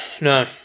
no